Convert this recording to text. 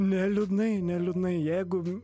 neliūdnai neliūdnai jeigu